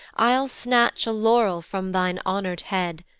i'll snatch a laurel from thine honour'd head,